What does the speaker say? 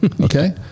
Okay